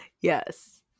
Yes